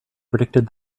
predicted